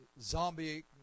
zombie